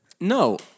no